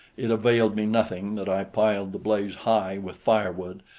it availed me nothing that i piled the blaze high with firewood,